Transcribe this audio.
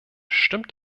stimmt